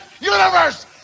universe